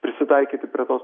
prisitaikyti prie tos